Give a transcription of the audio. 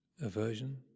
aversion